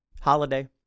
holiday